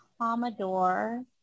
Commodore